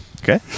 Okay